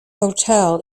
hotel